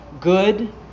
good